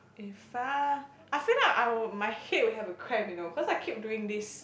I feel like I would my head will have a cramp you know cause I keep doing this